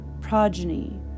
Progeny